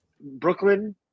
Brooklyn